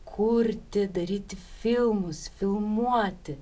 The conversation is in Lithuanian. kurti daryti filmus filmuoti